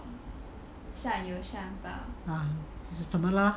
怎么